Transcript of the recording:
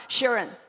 Sharon